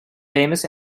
famous